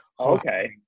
Okay